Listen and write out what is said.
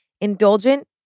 Indulgent